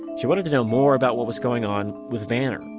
she wanted to know more about what was going on with vanner.